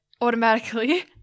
automatically